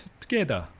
together